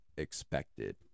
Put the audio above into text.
expected